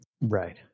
Right